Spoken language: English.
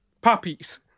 puppies